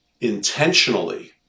intentionally